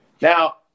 Now